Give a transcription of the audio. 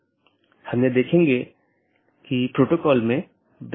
इसलिए उन्हें सीधे जुड़े होने की आवश्यकता नहीं है